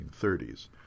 1930s